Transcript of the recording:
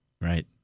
Right